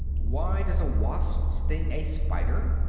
why does a wasp sting a spider?